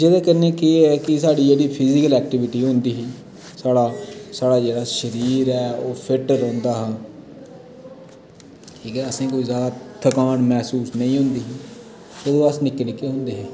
जेह्दै कन्नै केह् ऐ कि जेह्ड़ी साढ़ी ऐक्टिविटी होंदी ही साढ़ा जेह्ड़ा शरीर ऐ ओह् फिट्ट रोंह्दा हा ठीक ऐ असेंगी जादा कोई थकान मैह्सूस नेंई होंदी ही जदूं अस निक्के निक्के होेदें हे